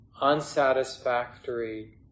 unsatisfactory